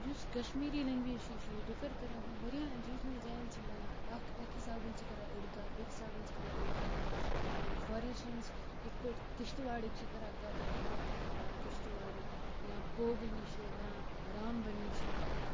یُس کَشمیٖری لینٛگویج چھِ یہِ چھِ ڈِفَر کَران وارِیاہَن ریٖجنَل جایَن چھِ وَنان اَکھ اَکہِ حِساب چھِ کَران أڑۍ کَتھ بیٚکہِ حِساب چھِ کَران أڑۍ کَتھ فار اِنَسٹَیٚنٕس یِتھ پٲٹھۍ کِشتٔواڑٕکۍ چھِ کَران کَتھ تِم چھِ اَکھ کَتھ کَران کِشتواری یا پوگلی چھِ یا رامبٔنی چھِ